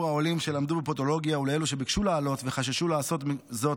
העולים שלמדו פודולוגיה ולאלו שביקשו לעלות וחששו לעשות זאת